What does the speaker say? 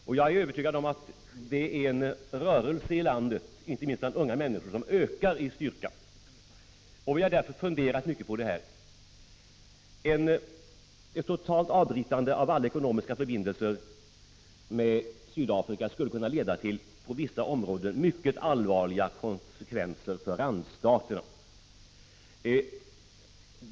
Jag är övertygad om att det finns en — 17 december 1985 rörelse i landet, inte minst bland unga människor, som ökar i styrka. Vi har därför funderat mycket på den saken. Ett totalt avbrytande av alla ekonomiska förbindelser med Sydafrika skulle kunna leda till på vissa områden mycket allvarliga konsekvenser för randstaterna.